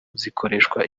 zikoreshwa